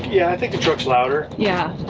yeah, i think the truck's louder. yeah,